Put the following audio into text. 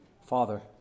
father